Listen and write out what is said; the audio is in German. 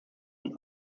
und